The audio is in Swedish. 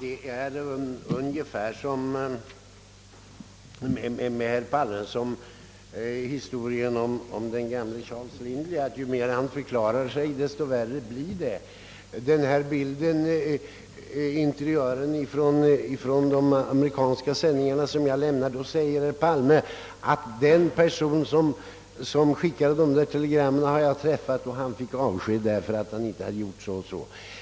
Herr talman! Det är med herr Palme ungefär som med historien om den gamle Charles Lindley: ju mer han förklarar sig dess värre blir det. Jag gav en bild av de amerikanska sändningarna, och då säger herr Palme att han träffat den person som sammanställt vissa av dessa program men att han enligt herr Palme hade fått avsked därför att han inte hade gjort så